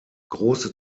große